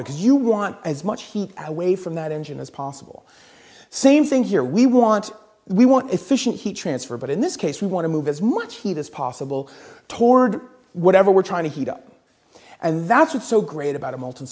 because you want as much heat away from that engine as possible same thing here we want we want efficient heat transfer but in this case we want to move as much heat as possible toward whatever we're trying to heat up and that's what's so great about